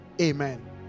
Amen